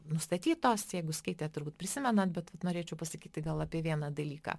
nustatytos jeigu skaitėt turbūt prisimenat bet vat norėčiau pasakyti gal apie vieną dalyką